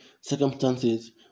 circumstances